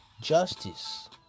justice